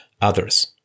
others